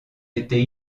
été